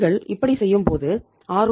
நீங்கள் இப்படி செய்யும் பொது ஆர்